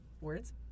words